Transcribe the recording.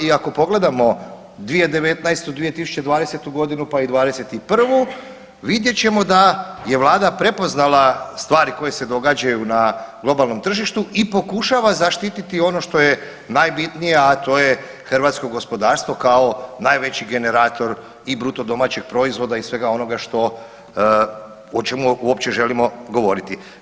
I ako pogledamo 2019., 2020. godinu, pa i 21. vidjet ćemo da je Vlada prepoznala stvari koje se događaju na globalnom tržištu i pokušava zaštititi ono što je najbitnije a to je hrvatsko gospodarstvo kao najveći generator i bruto domaćeg proizvoda i svega onoga što o čemu uopće želimo govoriti.